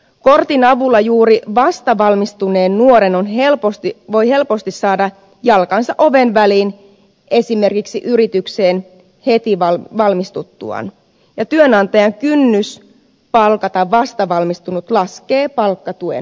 kortin avulla juuri vastavalmistunut nuori voi helposti saada jalkansa oven väliin esimerkiksi yritykseen heti valmistuttuaan ja työnantajan kynnys palkata vastavalmistunut laskee palkkatuen avulla